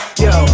yo